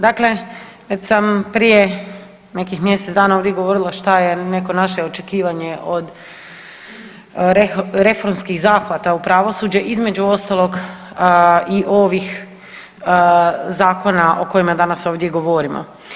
Dakle, već sam prije nekih mjesec dana ovdje govorila što je neko naše očekivanje od reformskih zahvata u pravosuđe, između ostalog i ovih zakona o kojima danas ovdje govorimo.